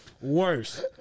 Worse